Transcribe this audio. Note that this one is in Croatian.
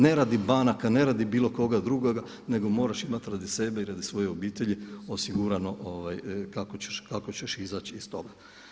Ne radi banaka, ne radi bilo koga drugoga nego moraš imati radi sebe i radi svoje obitelji osigurano kako ćeš izaći iz toga.